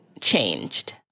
changed